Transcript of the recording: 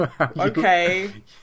okay